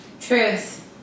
Truth